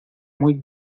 muy